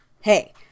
hey